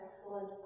excellent